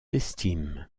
estiment